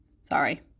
Sorry